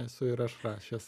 esu ir aš rašęs